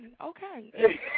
okay